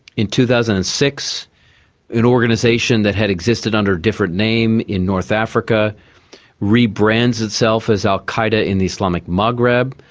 in two thousand and six an organisation that had existed under a different name in north africa re-brands itself as al qaeda in islamic maghreb.